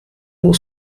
nur